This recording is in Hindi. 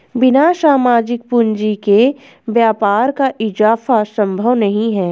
बिना सामाजिक पूंजी के व्यापार का इजाफा संभव नहीं है